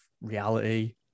reality